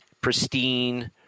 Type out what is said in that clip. pristine